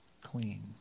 clean